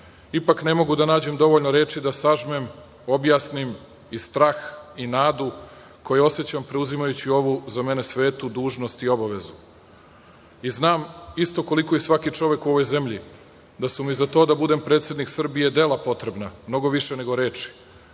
Ipak, ne mogu da nađem dovoljno reči, da sažmem, objasnim i strah i nadu, koji osećam preuzimajući ovu, za mene svetu dužnost i obavezu. Znam, isto koliko i svaki čovek u ovoj zemlji, da su mi za to da budem predsednik Srbije dela potrebna, mnogo više nego reči